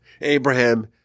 Abraham